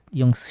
yung